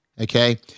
okay